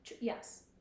Yes